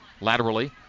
laterally